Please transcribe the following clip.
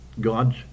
God's